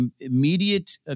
immediate